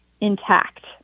intact